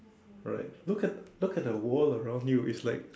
alright look at look at the world around you it's like